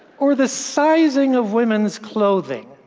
or the sizing of women's clothing.